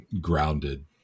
grounded